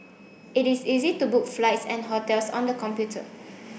it is easy to book flights and hotels on the computer